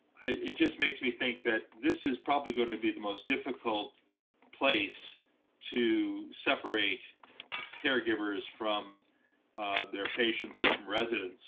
it just makes me think that this is probably going to be the most difficult place to separate caregivers from their patients or from residents